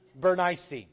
Bernice